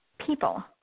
people